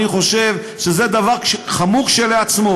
אני חושב שזה דבר חמור כשלעצמו.